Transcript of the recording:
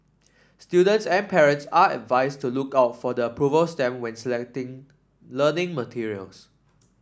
students and parents are advised to look out for the approval stamp when selecting learning materials